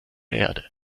erde